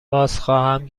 بازخواهم